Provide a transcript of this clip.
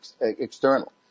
external